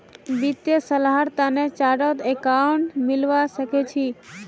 वित्तीय सलाहर तने चार्टर्ड अकाउंटेंट स मिलवा सखे छि